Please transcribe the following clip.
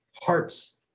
Hearts